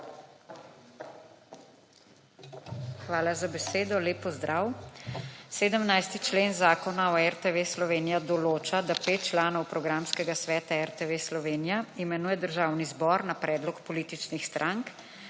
Hvala za besedo. Lep pozdrav! 17. člen Zakona o RTV Slovenija določa, da pet članov Programskega sveta RTV Slovenija imenuje Državni zbor na predlog političnih strank,